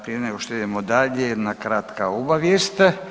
Prije nego što idemo dalje jedna kratka obavijest.